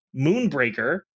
Moonbreaker